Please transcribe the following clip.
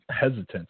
hesitant